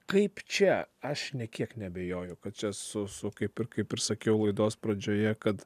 kaip čia aš nė kiek neabejoju kad čia su su kaip ir kaip ir sakiau laidos pradžioje kad